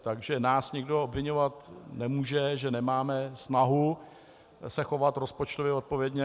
Takže nás nikdo obviňovat nemůže, že nemáme snahu se chovat rozpočtově odpovědně.